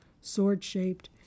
sword-shaped